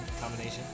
combination